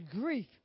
grief